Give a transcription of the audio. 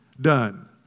done